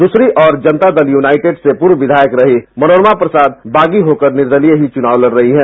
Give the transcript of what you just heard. दूसरी ओर जनता दल यूनाइटेड से पूर्व विधायक रही मनोरमा प्रसाद बागी होकर निर्दलीय ही चुनाव लड रही हैं